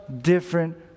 different